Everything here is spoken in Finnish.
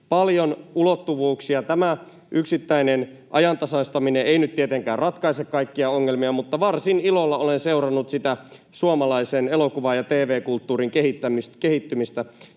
paljon ulottuvuuksia. Tämä yksittäinen ajantasaistaminen ei nyt tietenkään ratkaise kaikkia ongelmia, mutta varsin ilolla olen seurannut sitä suomalaisen elokuvan ja tv-kulttuurin kehittymistä,